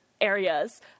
areas